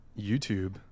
YouTube